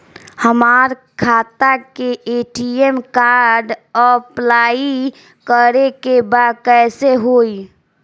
हमार खाता के ए.टी.एम कार्ड अप्लाई करे के बा कैसे होई?